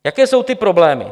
Jaké jsou ty problémy.